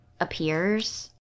appears